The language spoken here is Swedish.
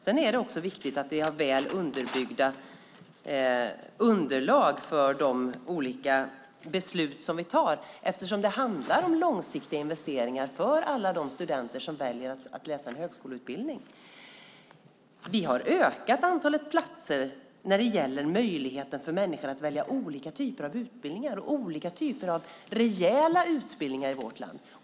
Det är viktigt att vi har väl underbyggda underlag för de olika beslut som vi fattar eftersom det handlar om långsiktiga investeringar för alla de studenter som väljer att läsa en högskoleutbildning. Vi har ökat antalet platser och möjligheten för människor att välja olika typer av rejäla utbildningar i vårt land.